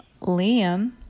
Liam